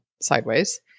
sideways